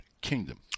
kingdom